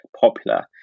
popular